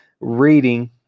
reading